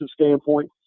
standpoint